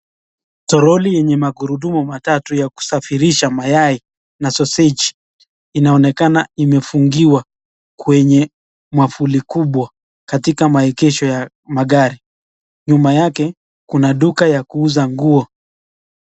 Troli yenye magurudumu matatu ya kusafirisha mayai, na soseji, inaonekana imefungiwa kwenye mwafuli kubwa, katika maekesho ya magari, nyuma yake kuna duka ya kuuza nguo.